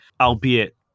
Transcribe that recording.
albeit